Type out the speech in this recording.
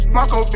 Marco